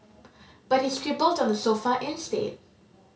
but he scribbled on the sofa instead